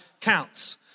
counts